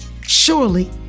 Surely